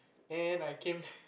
then I came